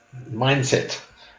mindset